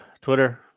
Twitter